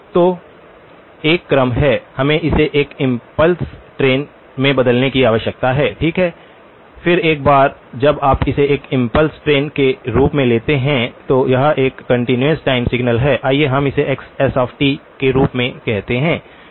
तो एक क्रम से हमें इसे एक इम्पल्स ट्रेन में बदलने की आवश्यकता है ठीक है फिर एक बार जब आप इसे एक इम्पल्स ट्रेन के रूप में लेते हैं तो यह एक कंटीन्यूअस टाइम सिग्नल है आइए हम इसे xs के रूप में कहते हैं